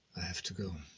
i have to go.